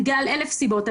בגלל אלף סיבות.